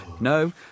No